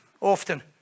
Often